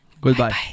Goodbye